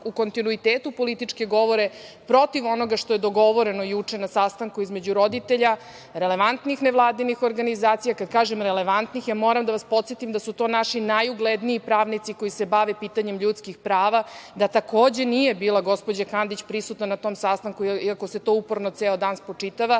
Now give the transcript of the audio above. u kontinuitetu političke govore protiv onoga što je dogovoreno juče na sastanku između roditelja, relevantnih nevladinih organizacija. Kad kažem relevantnih, ja moram da vas podsetim da su to naši najugledniji pravnici koji se bave pitanjem ljudskih prava, da takođe nije bila gospođa Kandić prisutna na tom sastanku, iako se to uporno ceo dan spočitava,